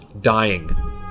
dying